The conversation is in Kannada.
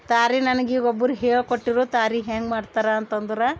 ತಾರಿ ನನಿಗೀಗ ಒಬ್ಬರು ಹೇಳಿ ಕೊಟ್ಟಿರು ತಾರಿ ಹ್ಯಾಂಗೆ ಮಾಡ್ತಾರ ಅಂತಂದ್ರೆ